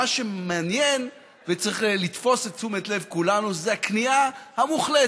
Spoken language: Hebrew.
מה שמעניין וצריך לתפוס את תשומת לב כולנו זה הכניעה המוחלטת